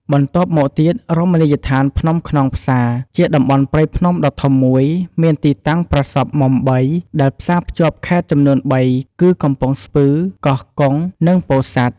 បន្ទាប់មកទៀតរមណីយដ្ឋានភ្នំខ្នងផ្សារ ជាតំបន់ព្រៃភ្នំដ៏ធំមួយ មានទីតាំងប្រសព្វមុំបីដែលផ្សាភ្ជាប់ខេត្តចំនួនបីគឺ កំពង់ស្ពឺ កោះកុង និងពោធិ៍សាត់។